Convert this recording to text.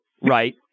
right